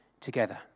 together